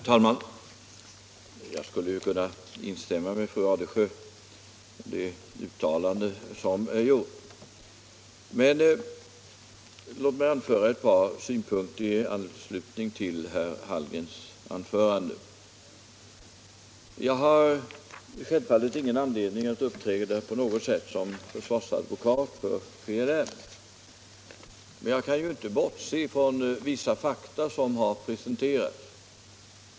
Herr talman! Jag skulle kunna instämma med fru Radesjö och det uttalande som är gjort, men låt mig anföra ett par synpunkter i anslutning till herr Hallgrens anförande. Jag har självfallet ingen anledning att på något sätt uppträda som försvarsadvokat för PLM. Jag kan dock inte bortse ifrån vissa fakta som har presenterats.